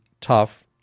tough